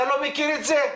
רוני, אתה לא מכיר את זה?